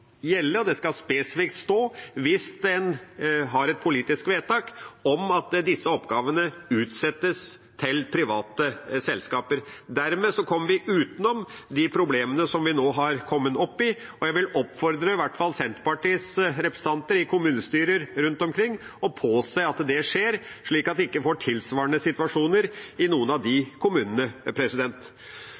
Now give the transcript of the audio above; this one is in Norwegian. gjelde, og det skal spesifikt stå hvis en har et politisk vedtak om at disse oppgavene settes ut til private selskaper. Dermed kommer vi utenom de problemene som vi nå har kommet opp i, og jeg vil oppfordre i hvert fall Senterpartiets representanter i kommunestyrer rundt omkring til å påse at det skjer, slik at en ikke får tilsvarende situasjoner i noen av disse kommunene. Til slutt: Når det gjelder de